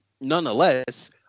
nonetheless